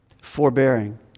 forbearing